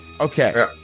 Okay